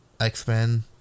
X-Men